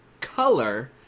color